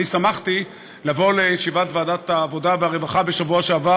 ואני שמחתי לבוא לישיבת ועדת העבודה והרווחה בשבוע שעבר